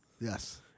Yes